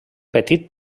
petit